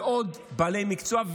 ועוד בעלי מקצוע,